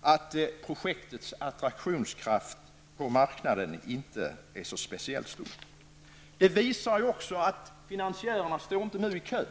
att projektets attraktionskraft på marknaden inte är speciellt stor. Det framgår också av att finansiärerna inte står i kö.